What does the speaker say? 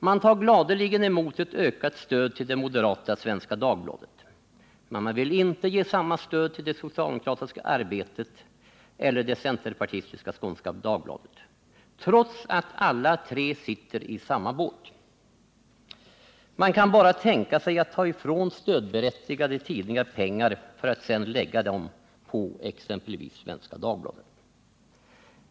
Man tar gladeligen emot ett ökat stöd till det moderata Svenska Dagbladet men vill inte ge samma stöd till det socialdemokratiska Arbetet eller det centerpartistiska Skånska Dagbladet, trots att alla tre sitter i samma båt. Man kan bara tänka sig att ta ifrån stödberättigade tidningar pengar för att sedan lägga dem på exempelvis Svenska Dagbladet.